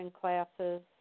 classes